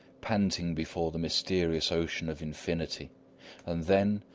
panting before the mysterious ocean of infinity and then,